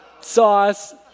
sauce